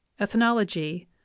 ethnology